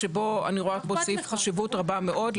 שאני רואה בו חשיבות רבה מאוד,